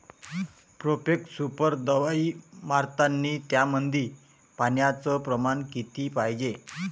Profex super दवाई मारतानी त्यामंदी पान्याचं प्रमाण किती पायजे?